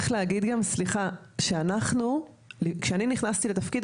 צריך להגיד גם שכשאני נכנסתי לתפקיד,